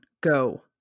go